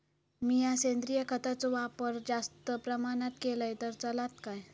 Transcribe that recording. मीया सेंद्रिय खताचो वापर जास्त प्रमाणात केलय तर चलात काय?